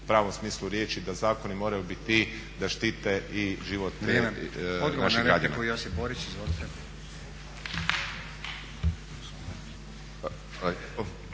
u pravom smislu riječi da zakoni moraju biti ti da štite i život naših građana.